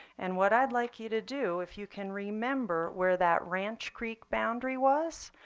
and what i'd like you to do if you can remember where that ranch creek boundary was,